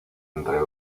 entre